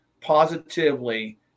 positively